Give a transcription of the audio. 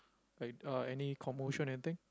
like uh any commotion anything